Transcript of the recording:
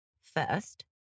First